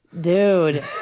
dude